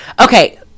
Okay